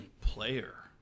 Player